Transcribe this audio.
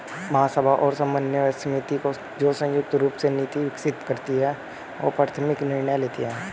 महासभा और समन्वय समिति, जो संयुक्त रूप से नीति विकसित करती है और प्राथमिक निर्णय लेती है